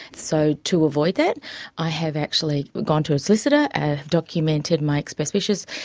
so to avoid that i have actually gone to a solicitor, i have documented my express wishes,